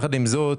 יחד עם זאת,